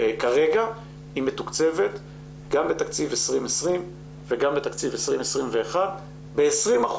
כרגע היא מתוקצבת גם בתקציב 2020 וגם בתקציב 2021 ב-20%.